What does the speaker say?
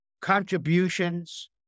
contributions